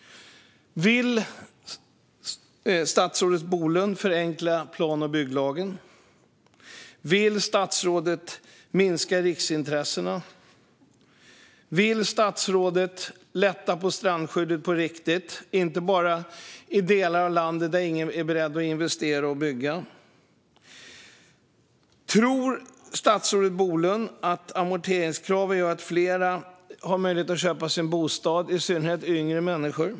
Vill statsrådet Bolund förenkla plan och bygglagen? Vill statsrådet minska riksintressena? Vill statsrådet lätta på strandskyddet på riktigt, inte bara i delar av landet där ingen är beredd att investera och bygga? Tror statsrådet Bolund att amorteringskravet gör att fler har möjlighet att köpa sig en bostad, i synnerhet yngre människor?